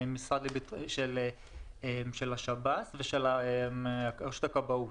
של השב"ס ורשות הכבאות.